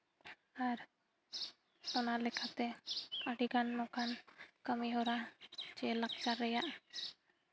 ᱟᱨ ᱚᱱᱟ ᱞᱮᱠᱟᱛᱮ ᱟᱹᱰᱤᱜᱟᱱ ᱱᱚᱝᱠᱟᱱ ᱠᱟᱹᱢᱤᱦᱚᱨᱟ ᱪᱮ ᱞᱟᱠᱪᱟᱨ ᱨᱮᱭᱟᱜ